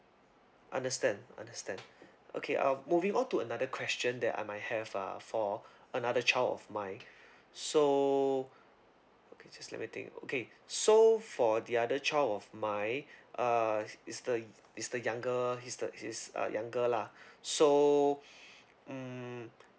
understand understand okay uh moving on to another question that I might have uh for another child of mine so okay just let me think okay so for the other child of mine uh she's the she's the younger she's the she's uh younger lah so mm